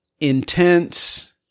Intense